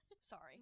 Sorry